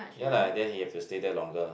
ya lah and then he have to stay there longer